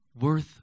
worth